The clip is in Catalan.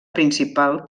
principal